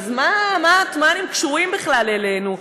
אז מה הם קשורים אלינו בכלל?